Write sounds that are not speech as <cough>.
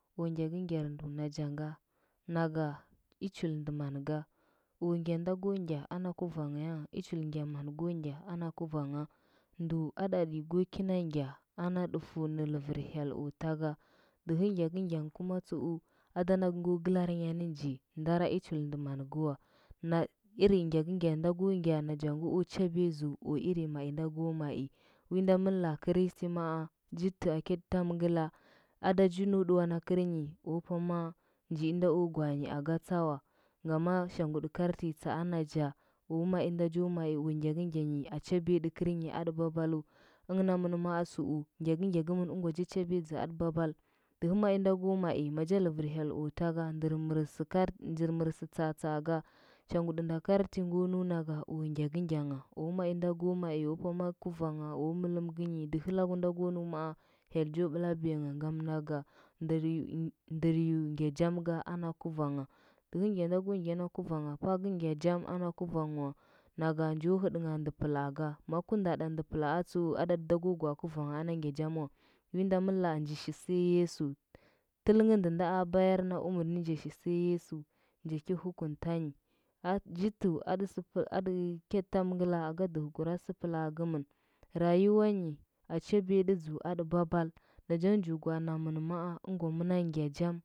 O ngyagɚngyarnda najaga naga ku chulndɚ manɚ ga? O ngya nda go ngya ana guvang yangya mani go ngya ana guvangha? Ndu aɗaɗi go kuna ngye ana dufu nɚ lɚrɚr hyel o taga dɚhɚ ngyagɚngyan kuma tsuu ada nagɚ nga glarɚnyanɚ nji ɚndara chul ndɚmangɚ wa na irin ngyagɚngyang nda go ngya nachangɚ o chabugadzu o iri mai nda go ai winda mɚn loa kristi maa ji ta gyetɚ tamngɚta ada ji nau ɗuwanda gɚrnyi o pama njiinda o gwaanyi aga tsa wa. Ngama shanguɗu karti tsaa nacha wa o mal nda jo ai o ngyagɚgyanyi a chabiyaɗɚ kɚrnyi aɗɚ babala ɚngɚ namɚn maatsuu, ngyagɚngya gɚmɚn ɚngwa ja chabiyadza aɗɚ babalu dɚhɚ mai nda go ai maja lɚrɚr hyel o caga ndɚr sɚ kar, nɚɚr mɚrsɚ tsaatsaa ga shangudɚ nda karti ngo nunago o ngyagɚngyangha, omai nda go mai o pama guuangha, o mɚlɚ gɚhi, o dɚhɚ lagu nda go nɚu maa hyel jo blabiyangha, ngama naga <unintelligible> ndɚr eu ngya jam ga ana guvangha dɚhɚ ngya nda hyɚ ngya na ku vangha paa gɚ ngya jam na kurang wa naga njo hɚɗɚngha ndɚ plaa magɚ kur nda ɗa ndɚ plaa tsu adate da go gwaa guvangha ana ngya jam wa winda mɚn laa nji shi sɚya yesu, tɚl ngɚ ndɚndɚ a bayar na umurni ji shi sɚya yesu ji ki hukuntanyi a, ji tu aɗu akɚtɚ tamngɚla ga dɚhɚkura splaa kɚmɚn rayuwanyi a chabiyaɗɚ dzu aɗɚ babal najangɚ njo gwaa namɚn maa mɚna ngya jam.